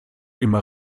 immer